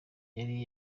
yari